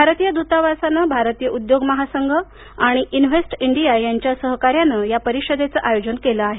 भारतीय दूतावासानं भारतीय उद्योग महासंघ आणि इन्व्हेस्ट इंडिया यांच्या सहकार्यानं या परिषदेचं आयोजन केलं आहे